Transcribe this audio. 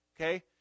Okay